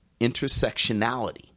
intersectionality